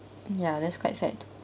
ya that's quite sad